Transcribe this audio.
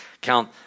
Count